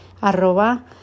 Arroba